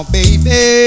baby